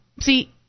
see